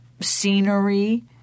scenery